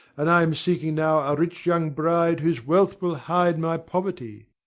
and i am seeking now a rich young bride whose wealth will hide my poverty.